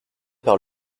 par